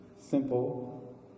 simple